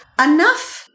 enough